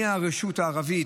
מהרשות הערבית,